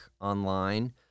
online